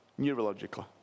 neurologically